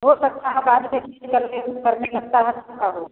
हो सकता है बाद में यह करने वह करने लगता है तो क्या हो